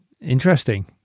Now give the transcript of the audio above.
interesting